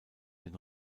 den